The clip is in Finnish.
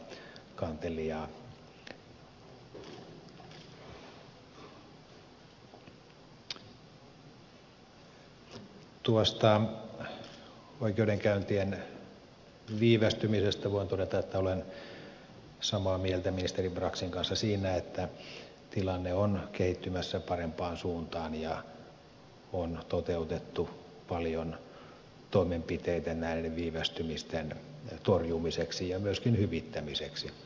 oikeudenkäyntien viivästymisestä voin todeta että olen samaa mieltä ministeri braxin kanssa siinä että tilanne on kehittymässä parempaan suuntaan ja on toteutettu paljon toimenpiteitä näiden viivästymisten torjumiseksi ja myöskin hyvittämiseksi